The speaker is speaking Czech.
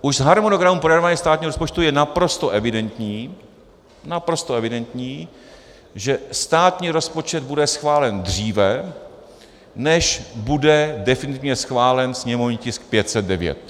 Už z harmonogramu projednávání státního rozpočtu je naprosto evidentní, naprosto evidentní, že státní rozpočet bude schválen dříve, než bude definitivně schválen sněmovní tisk 509.